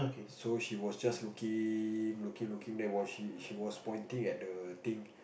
so she was just looking looking looking then was she she was pointing at the thing